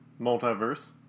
Multiverse